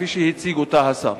כפי שהציג אותה השר.